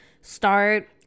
start